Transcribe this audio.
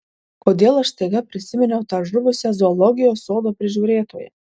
kodėl aš staiga prisiminiau tą žuvusią zoologijos sodo prižiūrėtoją